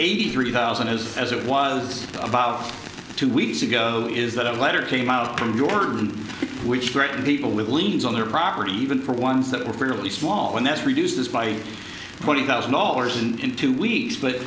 eighty three thousand is as it was about two weeks ago is that a letter came out from your son which great people with liens on their property even for ones that were fairly small and that's reduced by twenty thousand dollars in two weeks but